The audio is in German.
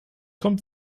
kommt